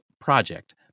project